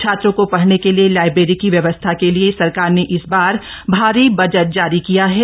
छात्रों को ढ़ने के लिए लाइब्रेरी की व्यवस्था के लिए सरकार ने इस बार भारी बजट जारी किया हा